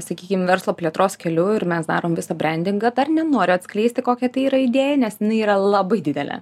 sakykim verslo plėtros keliu ir mes darom viską brendingą dar nenoriu atskleisti kokia tai yra idėja nes jinai yra labai didelė